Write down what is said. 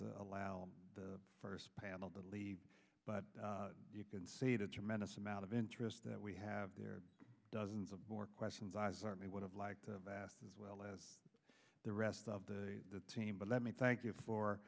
to allow the first panel believe but you can see the tremendous amount of interest that we have there dozens of more questions i certainly would have liked the vast as well as the rest of the team but let me thank you for